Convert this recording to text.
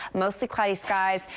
mostly cloudy skies,